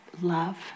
love